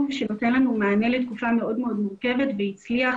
שנותן לנו מענה לתקופה מאוד מאוד מורכבת והצליח,